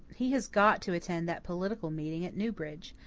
he has got to attend that political meeting at newbridge.